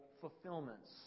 fulfillments